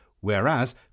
whereas